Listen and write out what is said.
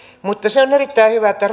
se on erittäin hyvä että